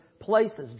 places